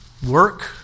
Work